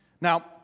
Now